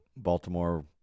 Baltimore